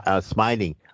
smiling